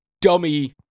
dummy